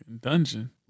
dungeon